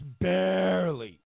barely